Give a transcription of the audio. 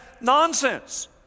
nonsense